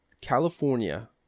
California